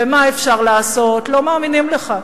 ומה אפשר לעשות, לא מאמינים לך.